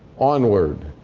onward,